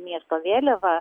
miesto vėliava